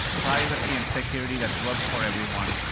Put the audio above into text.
privacy and security that works for everyone,